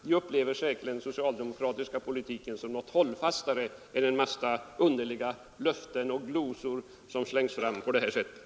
De upplever säkerligen den socialdemokratiska politiken som hållfastare än en mängd underliga löften och glosor som slängs fram på detta sätt.